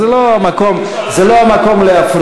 אז זה לא המקום להפריע.